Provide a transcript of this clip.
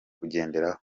kugenderaho